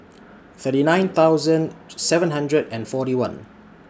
thirty nine thousand seven hundred and forty one